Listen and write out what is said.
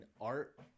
art